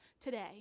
today